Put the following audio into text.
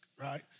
right